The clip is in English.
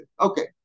Okay